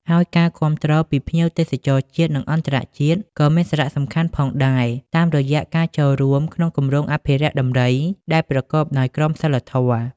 ហើយការគាំទ្រពីភ្ញៀវទេសចរជាតិ និងអន្តរជាតិក៏មានសារៈសំខាន់ផងដែរ តាមរយៈការចូលរួមក្នុងគម្រោងអភិរក្សដំរីដែលប្រកបដោយក្រមសីលធម៌។